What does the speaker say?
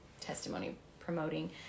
testimony-promoting